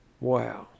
Wow